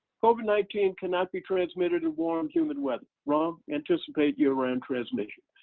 covid nineteen cannot be transmitted in warm humid weather wrong. anticipate year-round transmission.